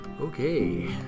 Okay